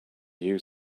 you